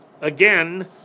again